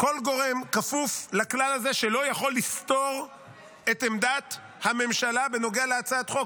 ממשלתי כפוף לכלל הזה שלא יכול לסתור את עמדת הממשלה בנוגע להצעת חוק.